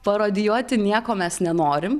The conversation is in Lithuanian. parodijuoti nieko mes nenorim